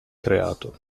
creato